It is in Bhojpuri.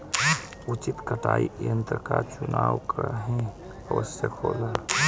उचित कटाई यंत्र क चुनाव काहें आवश्यक होला?